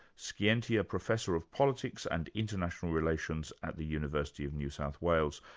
scientia professor of politics and international relations at the university of new south wales.